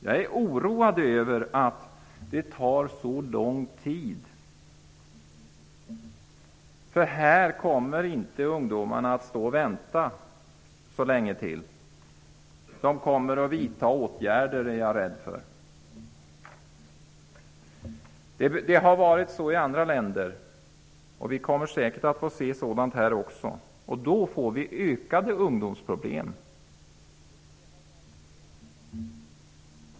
Jag är oroad över att det tar så lång tid. Ungdomarna kommer inte att stå och vänta så länge till. Jag är rädd att de kommer att vidta åtgärder. Det har varit så i andra länder. Vi kommer säkert att få se sådant här också. Då får vi ökade ungdomsproblem.